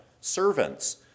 servants